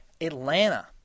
Atlanta